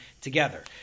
together